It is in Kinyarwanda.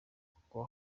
kuko